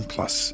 Plus